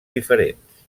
diferents